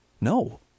No